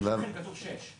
אבל בכיל כתוב שש.